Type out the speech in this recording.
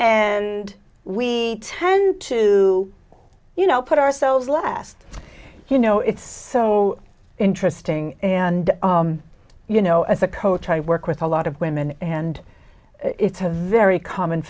and we tend to you know put ourselves last you know it's so interesting and you know as a coach i work with a lot of women and it's a very common